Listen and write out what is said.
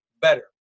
better